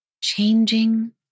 Changing